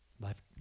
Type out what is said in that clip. life